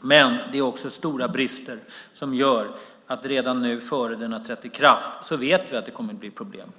Men det finns också stora brister som gör att vi redan nu, innan den har trätt i kraft, vet att det kommer att bli problem.